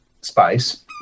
space